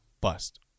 bust